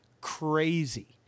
crazy